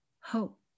hope